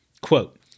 Quote